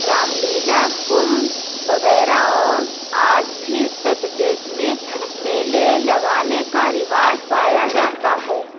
رام لیلا کمبھ وغیرہ اور آج بھی اتر پردیش میں میلے لگانے کا رواج پایا جاتا ہے